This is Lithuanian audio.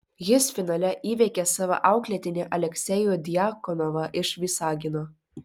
jis finale įveikė savo auklėtinį aleksejų djakonovą iš visagino